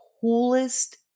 coolest